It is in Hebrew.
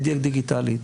מדיה דיגיטלית,